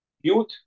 Youth